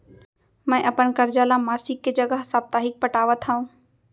मै अपन कर्जा ला मासिक के जगह साप्ताहिक पटावत हव